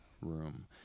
room